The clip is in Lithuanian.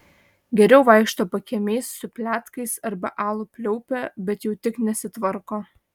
geriau vaikšto pakiemiais su pletkais arba alų pliaupia bet jau tik nesitvarko